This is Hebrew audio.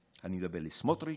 אני מדבר לסמוטריץ',